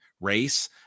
race